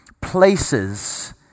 places